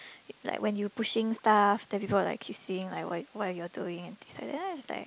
like when you pushing stuff then people will like keep saying like what what are you all doing and things like that lah just like